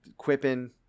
quipping